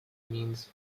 means